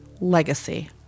Legacy